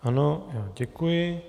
Ano, děkuji.